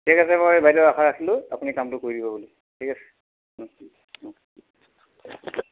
ঠিক আছে বাৰু বাইদেউ আশা ৰাখিলোঁ আপুনি কামটো কৰি দিব বুলি ঠিক আছে